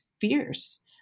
fierce